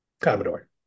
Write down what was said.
Commodore